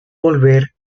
volver